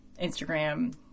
Instagram